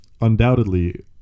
Undoubtedly